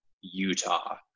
Utah